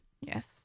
Yes